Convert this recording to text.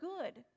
good